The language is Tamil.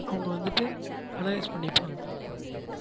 அவங்க வந்துட்டு அனலைஸ் பண்ணிப்பாங்க